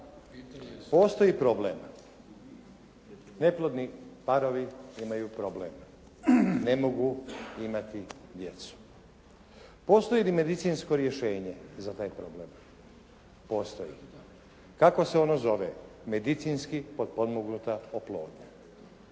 Postoji problem. Neplodni parovi imaju problem, ne mogu imati djecu. Postoji li medicinsko rješenje za taj problem? Postoji. Kako se ono zove? Medicinski potpomognuta oplodnja.